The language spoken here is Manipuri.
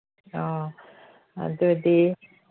ꯑꯣ ꯑꯗꯨꯗꯤ